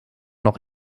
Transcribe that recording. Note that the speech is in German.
noch